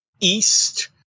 east